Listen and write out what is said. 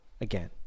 again